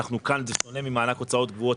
זה שונה ממענק הוצאות קבועות,